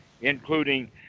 including